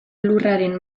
lurraren